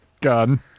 gun